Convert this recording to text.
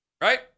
Right